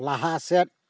ᱞᱟᱦᱟ ᱥᱮᱫ